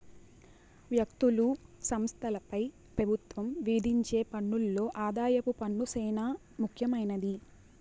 వ్యక్తులు, సంస్థలపై పెబుత్వం విధించే పన్నుల్లో ఆదాయపు పన్ను సేనా ముఖ్యమైంది